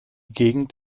gegend